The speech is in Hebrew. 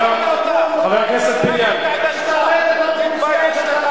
מדבר שטויות, הצגה.